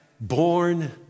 born